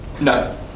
No